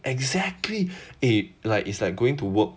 exactly eh like it's like going to work